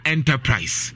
Enterprise